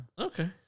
Okay